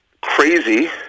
crazy